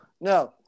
No